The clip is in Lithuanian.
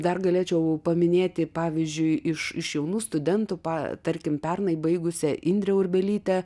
dar galėčiau paminėti pavyzdžiui iš jaunų studentų pa tarkim pernai baigusią indrę urbelytę